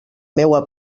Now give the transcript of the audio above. meua